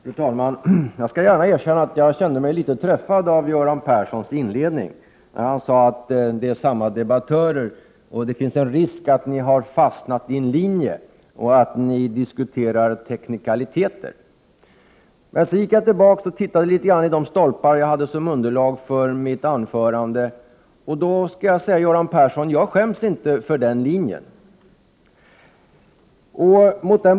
Fru talman! Jag skall gärna erkänna att jag känner mig litet träffad av Göran Perssons inledning, där han sade att det är samma debattörer, att det finns en risk att vi har fastnat i en linje och att vi diskuterar teknikaliteter. Efter att ha tittat i de stolpar som jag hade som underlag för mitt anförande måste jag säga till Göran Persson: Jag skäms inte för den linjen.